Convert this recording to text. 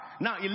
Now